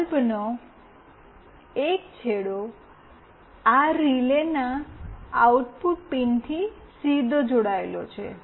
બલ્બનો એક છેડો આ રીલેના આઉટપુટ પિનથી સીધો જોડાયેલ છે